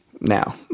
Now